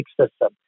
system